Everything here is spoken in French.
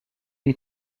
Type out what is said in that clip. est